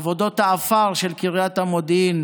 עבודות העפר של קריית המודיעין